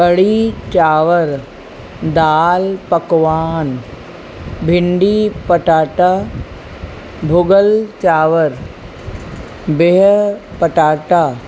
कढ़ी चांवरु दालि पकवान भिंडी पटाटा भुॻल चांवरु बिह पटाटा